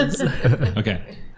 Okay